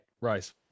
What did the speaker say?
Rise